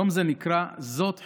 יום זה נקרא "זאת חנוכה",